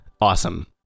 awesome